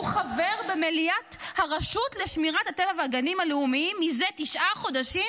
הוא חבר במליאת הרשות לשמירה על הטבע והגנים הלאומיים מזה תשעה חודשים,